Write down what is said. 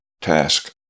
task